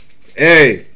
Hey